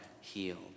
healed